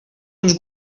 uns